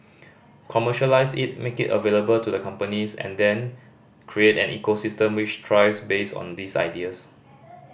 commercialise it make it available to the companies and then create an ecosystem which thrives based on these ideas